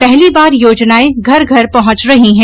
पहली बार योजनाएं घर घर पहुंच रही हैं